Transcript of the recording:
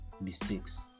mistakes